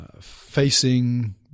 facing